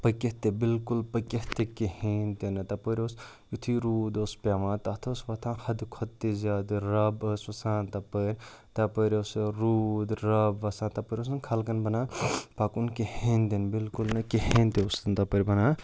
پٔکِتھ تہِ بلکل پٔکِتھ تہِ کِہیٖنۍ تہِ نہٕ تَپٲرۍ اوس یُتھُے روٗد اوس پٮ۪وان تَتھ اوس وۄتھان حَدٕ کھۄتہٕ تہِ زیادٕ رَب ٲس وَسان تَپٲرۍ تَپٲرۍ ٲس سُہ روٗد رَب وَسان تَپٲرۍ اوس نہٕ خلقَن بَنان پَکُن کِہیٖنۍ تہِ نہٕ بلکل نہٕ کِہیٖنۍ تہِ اوس نہٕ تَپٲرۍ بَنان